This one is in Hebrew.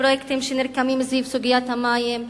פרויקטים שנרקמים סביב סוגיית המים,